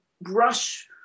brush